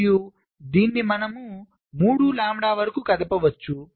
మరియు దీన్ని మనము 3 లాంబ్డా వరకు కదపవచ్చు